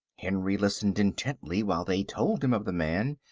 henry listened intently while they told him of the man,